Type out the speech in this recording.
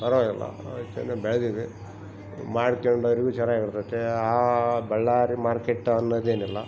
ಪರವಾಗಿಲ್ಲ ಚೆನ್ನಾಗ್ ಬೆಳೆದಿದೆ ಮಾಡ್ಕೊಂಡೋರ್ಗು ಚೆನ್ನಾಗ್ ಇರ್ತತೆ ಆ ಬಳ್ಳಾರಿ ಮಾರ್ಕೆಟ್ ಅನ್ನೋದೇನಿಲ್ಲ